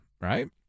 right